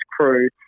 crew